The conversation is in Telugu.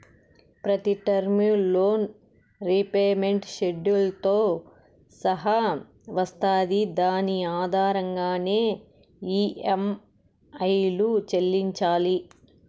ప్రతి టర్ము లోన్ రీపేమెంట్ షెడ్యూల్తో సహా వస్తాది దాని ఆధారంగానే ఈ.యం.ఐలు చెల్లించాలి